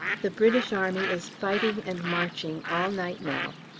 the british army is fighting and marching all night now.